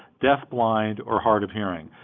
deaf blind, or hard of hearing.